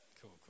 cool